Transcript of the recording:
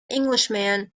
englishman